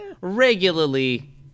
regularly